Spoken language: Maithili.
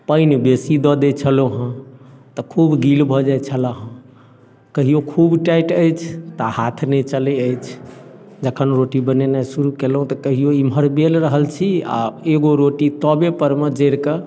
पानि बेसी दऽ दे छलहुँ हँ तऽ खूब गील भऽ जाइत छलैया कहियो खूब टाइट अछि तऽ हाथ नहि चलैत अछि जखन रोटी बनेनाइ शुरू कयलहुँ तऽ कहियो एम्हर बेल रहल छी आ एगो रोटी तबे परमे जरिके